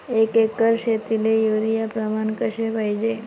एक एकर शेतीले युरिया प्रमान कसे पाहिजे?